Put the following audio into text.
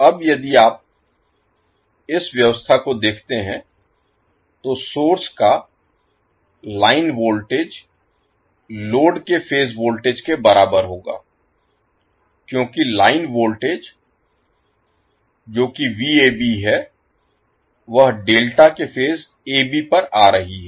अब यदि आप इस व्यवस्था को देखते हैं तो सोर्स का लाइन वोल्टेज लोड के फेज वोल्टेज के बराबर होगा क्योंकि लाइन वोल्टेज जो कि है वह डेल्टा के फेज AB पर आ रही है